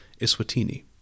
Iswatini